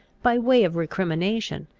by way of recrimination,